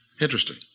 Interesting